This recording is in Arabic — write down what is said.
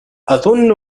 أظن